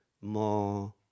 more